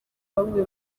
bamwe